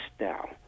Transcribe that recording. now